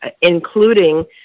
including